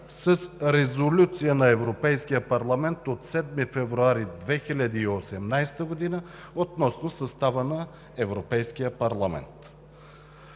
с Резолюция на Европейския парламент от 7 февруари 2018 г. относно състава на Европейския парламент.